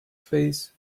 face